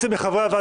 חברי הכנסת.